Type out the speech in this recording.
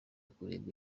kurebwa